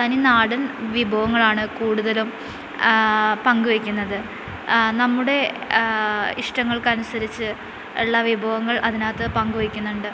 തനിനാടൻ വിഭവങ്ങളാണ് കൂടുതലും പങ്ക് വെക്കുന്നത് നമ്മുടെ ഇഷ്ടങ്ങൾക്ക് അനുസരിച്ച് ഉള്ള വിഭവങ്ങൾ അതിനകത്ത് പങ്ക് വെക്കുന്നുണ്ട്